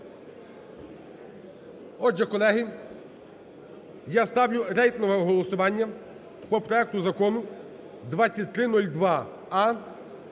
Отже, колеги, я ставлю рейтингове голосування по проекту Закону 2302а,